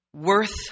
worth